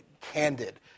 candid